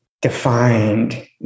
defined